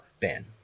Ben